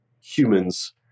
humans